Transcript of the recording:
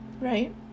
right